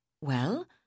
Well